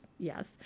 Yes